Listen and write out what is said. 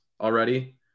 already